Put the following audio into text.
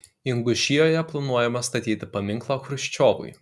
ingušijoje planuojama statyti paminklą chruščiovui